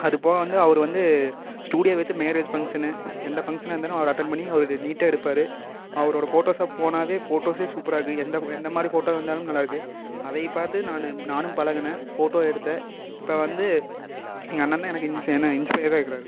அது போக வந்து அவர் வந்து ஸ்டூடியோ வெச்சு மேரேஜ் ஃபங்க்ஷனு எந்த ஃபங்க்ஷனாக இருந்தாலும் அவர் அட்டெண்ட் பண்ணி அவர் நீட்டாக எடுப்பார் அவரோடய ஃபோட்டோ ஷாப் போனால் ஃபோட்டோஸே சூப்பராக இருக்குது எந்த எந்த மாதிரி ஃபோட்டோ இருந்தாலும் நல்லாயிருக்கு அதை பார்த்து நான் நானும் பழகினேன் ஃபோட்டோ எடுத்தேன் இப்போ வந்து எங்கள் அண்ணன் தான் எனக்கு இன்ஸ் என்ன இன்ஸ்பையராக இருக்குறார்